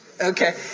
okay